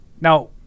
Now